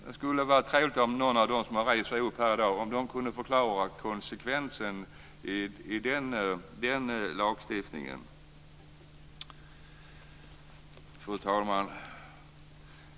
Det skulle vara trevligt om någon av dem som har rest sig upp här i dag kunde förklara konsekvensen i den lagstiftningen. Fru talman!